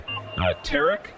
Tarek